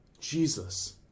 Jesus